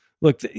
Look